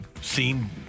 seen